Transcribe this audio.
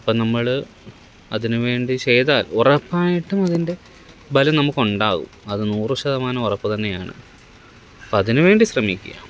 അപ്പം നമ്മൾ അതിന് വേണ്ടി ചെയ്താല് ഉറപ്പായിട്ടും അതിന്റെ ബലം നമുക്കുണ്ടാവും അത് നൂറ് ശതമാനം ഉറപ്പ് തന്നെയാണ് അപ്പം അതിന് വേണ്ടി ശ്രമിക്കുക